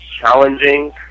challenging